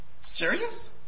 Serious